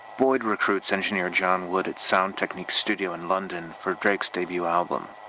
boyd recruits engineered john wood at sound technique studio in london for drake's debut album.